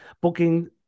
booking